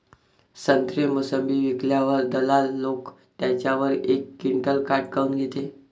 संत्रे, मोसंबी विकल्यावर दलाल लोकं त्याच्यावर एक क्विंटल काट काऊन घेते?